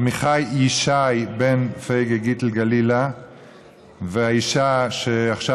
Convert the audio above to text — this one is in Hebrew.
עמיחי ישי בן פייגא גיטל גלילה והאישה שעכשיו,